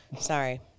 Sorry